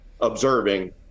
observing